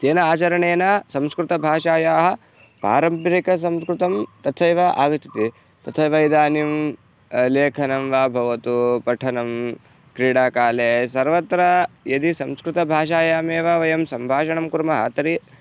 तेन आचरणेन संस्कृतभाषायाः पारम्परिकसंस्कृतं तथैव आगच्छति तथैव इदानीं लेखनं वा भवतु पठनं क्रीडाकाले सर्वत्र यदि संस्कृतभाषायामेव वयं सम्भाषणं कुर्मः तर्हि